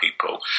people